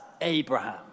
Abraham